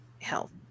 health